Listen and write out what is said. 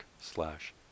slash